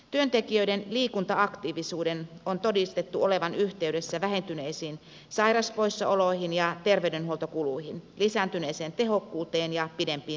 työntekijöiden liikunta aktiivisuuden on todistettu olevan yhteydessä vähentyneisiin sairauspoissaoloihin ja terveydenhuoltokuluihin lisääntyneeseen tehokkuuteen ja pidempiin työuriin